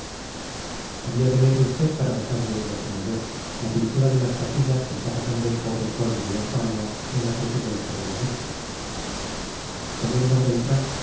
había de leer usted para gozar de ella como yo la pintura de las fatigas que está pasando el pobre conde de ofalia en la presidencia de ministros según d beltrán